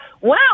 wow